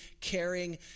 caring